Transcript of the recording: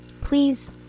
Please